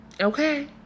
Okay